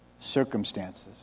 Circumstances